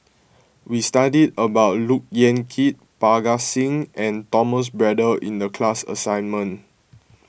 we studied about Look Yan Kit Parga Singh and Thomas Braddell in the class assignment